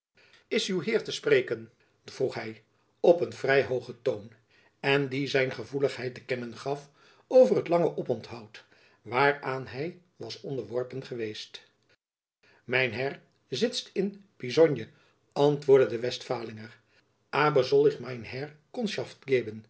is uw heer te spreken vroeg hy op een vrij hoogen toon en die zijn gevoeligheid te kennen gaf over het lange oponthoud waaraan hy was onderworpen geweest mein herr sitst in piezonje antwoordde de west falinger